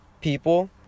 people